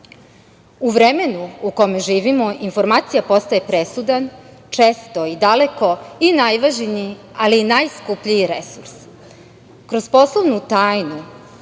vremenu u kome živimo informacija postaje presudan, često i daleko najvažniji, ali i najskuplji resurs. Kroz poslovnu tajnu